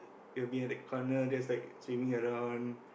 it'll be in an corner just like swimming around